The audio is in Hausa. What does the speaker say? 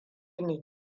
ne